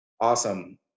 Awesome